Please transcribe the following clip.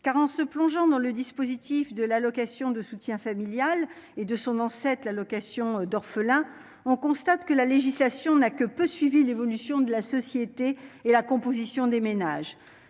car en se plongeant dans le dispositif de l'allocation de soutien familial et de son ancêtre, l'allocation d'orphelins, on constate que la législation n'a que peu suivi l'évolution de la société et la composition des ménages